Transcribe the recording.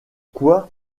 quoi